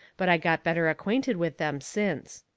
but i got better acquainted with them since.